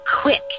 quick